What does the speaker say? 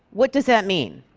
what does that mean?